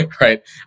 right